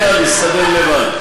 יודע להסתדר לבד.